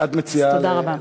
תודה רבה.